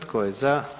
Tko je za?